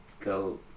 Go